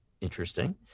interesting